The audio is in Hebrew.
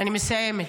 אני מסיימת.